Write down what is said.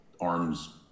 arms